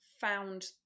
found